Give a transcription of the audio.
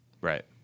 Right